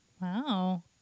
wow